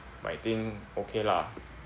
but I think okay lah